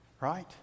right